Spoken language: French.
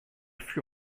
fut